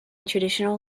traditional